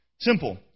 Simple